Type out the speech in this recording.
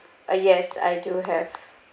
uh yes I do have